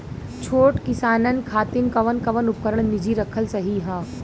छोट किसानन खातिन कवन कवन उपकरण निजी रखल सही ह?